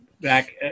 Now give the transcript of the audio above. back